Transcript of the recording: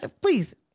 please